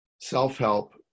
self-help